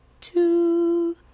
two